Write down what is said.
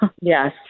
Yes